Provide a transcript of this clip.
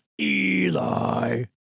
eli